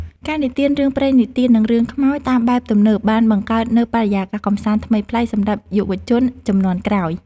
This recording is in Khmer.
ការនិទានរឿងព្រេងនិទាន និងរឿងខ្មោចតាមបែបទំនើបបានបង្កើតនូវបរិយាកាសកម្សាន្តថ្មីប្លែកសម្រាប់យុវជនជំនាន់ក្រោយ។